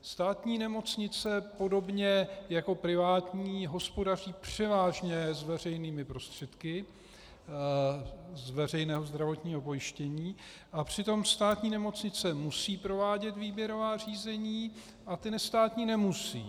Státní nemocnice podobně jako privátní hospodaří převážně s veřejnými prostředky z veřejného zdravotního pojištění a přitom státní nemocnice musí provádět výběrová řízení a ty nestátní nemusí.